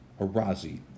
Arazi